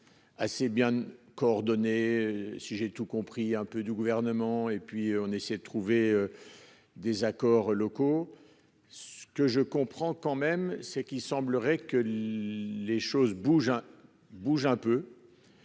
Assez bien coordonnées. Si j'ai tout compris, un peu du gouvernement et puis on essaie de trouver. Des accords locaux. Ce que je comprends quand même c'est qu'il semblerait que les choses bougent.